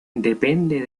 depende